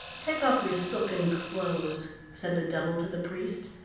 take off your silken clothes said the devil to the priest,